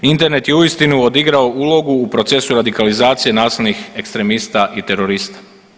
Internet je uistinu odigrao ulogu u procesu radikalizacije nasilnih ekstremista i terorista.